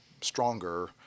stronger